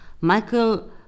Michael